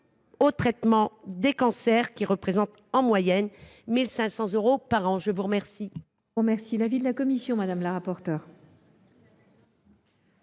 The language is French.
au traitement des cancers, qui représentent en moyenne 1 500 euros par an. Quel